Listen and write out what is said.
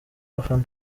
bafana